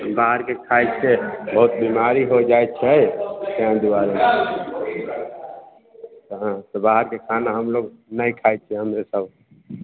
बाहरके खाइ छियै बहुत बीमारी हो जाइत छै तहि दुआरे तऽ हँ तऽ बाहरके खाना हमलोग नहि खाइत छियै हमे सभ